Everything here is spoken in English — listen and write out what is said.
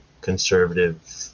conservative